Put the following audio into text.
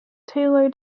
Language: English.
taylor